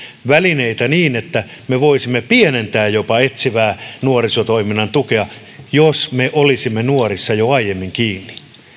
välineitä sillä me voisimme jopa pienentää etsivän nuorisotoiminnan tukea jos me olisimme nuorissa jo aiemmin kiinni